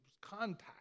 contact